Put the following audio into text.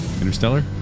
Interstellar